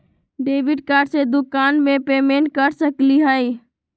Debit card से दुकान में पेमेंट कर सकली हई?